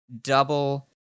double